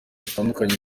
zitandukanye